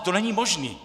To není možný!